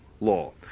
law